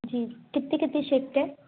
जी कितनी कितनी शिफ्ट है